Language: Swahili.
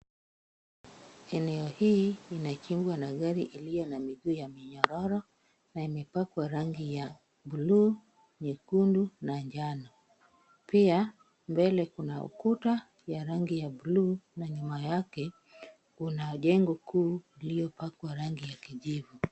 Eneo hii inakingwa na gari iliyo na miguu ya minyororo, na imepakwa rangi ya buluu, nyekundu na njano, pia mbele kuna ukuta ya rangi ya buluu na nyuma yake kuna jengo kuu iliopakwa rangi ya kijivu.